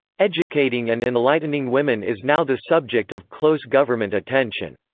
educating and enlightening women is now the subject of close government attention.